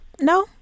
no